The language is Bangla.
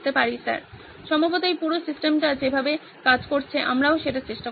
স্যার সম্ভবত এই পুরো সিস্টেমটি যেভাবে কাজ করছে আমরাও সেটা চেষ্টা করতে পারি